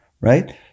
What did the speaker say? right